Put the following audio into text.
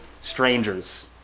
strangers